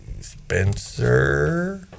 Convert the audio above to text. Spencer